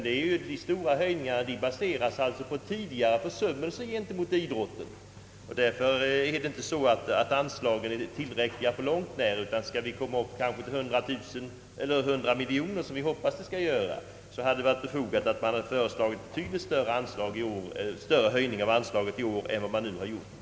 Dessa baseras således på tidigare försummelser mot idrotten. Anslagen är inte på långt när tillräckliga. För att komma upp till ett anslag av 100 mil joner kronor, som vi hoppas, hade det varit befogat att föreslå ett betydligt större anslag än vad man har gjort.